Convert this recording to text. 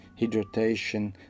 hydration